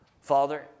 Father